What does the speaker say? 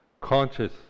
conscious